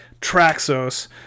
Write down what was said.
Traxos